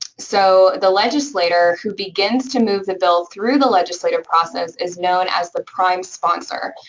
so the legislator who begins to move the bill through the legislative process is known as the prime sponsor.